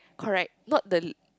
correct not the